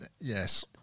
Yes